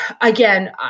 again